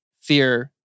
fear